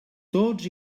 tots